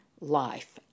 life